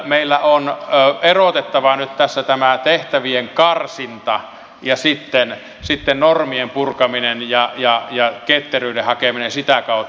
meidän on erotettava nyt tässä tämä tehtävien karsinta ja sitten normien purkaminen ja ketteryyden hakeminen sitä kautta